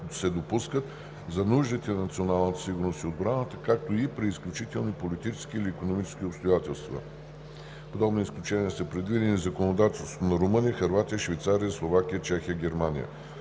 се допускат за нуждите на националната сигурност и отбраната, както и при изключителни политически или икономически обстоятелства. Подобни изключения са предвидени в законодателството на Румъния, Хърватия, Швейцария, Словакия, Чехия, Германия.